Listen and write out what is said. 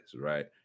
right